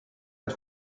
est